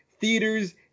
theaters